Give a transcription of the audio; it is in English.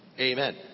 Amen